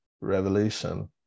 Revelation